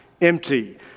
empty